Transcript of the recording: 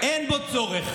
אין בו צורך.